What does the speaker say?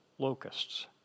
locusts